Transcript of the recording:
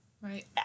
Right